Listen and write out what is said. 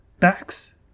Tax